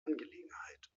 angelegenheit